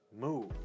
Move